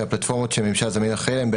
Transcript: הפלטפורמות שממשל זמין אחראי עליהן,